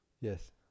Yes